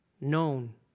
known